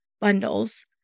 bundles